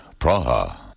Praha